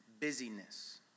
busyness